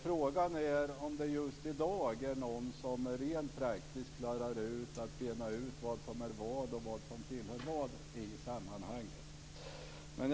Frågan är om det just i dag är någon som rent praktiskt klarar ut att bena ut vad som är vad och vad som tillhör vad i sammanhanget.